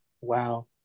Wow